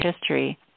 history